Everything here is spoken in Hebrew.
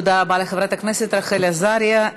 תודה רבה לחברת הכנסת רחל עזריה.